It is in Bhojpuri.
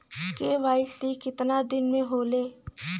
के.वाइ.सी कितना दिन में होले?